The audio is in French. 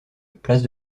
place